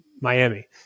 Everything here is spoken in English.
Miami